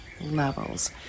levels